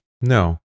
No